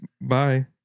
bye